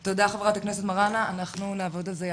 תודה, חברת הכנסת מראענה, אנחנו נעבוד על זה יחד.